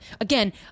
Again